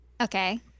Okay